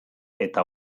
eta